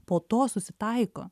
po to susitaiko